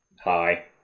Hi